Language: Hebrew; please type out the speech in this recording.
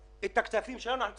את הכספים האלה אנחנו צריכים.